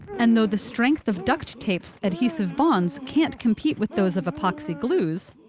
and though the strength of duct tape's adhesive bonds can't compete with those of epoxy glues,